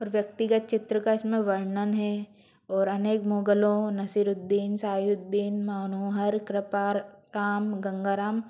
और व्यक्तिगत चित्र का इसमें वर्णन है और अनेक मुगलों नसिरुद्दीन साह्युद्दीन मानोहर कृपार काम गंगाराम